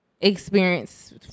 experience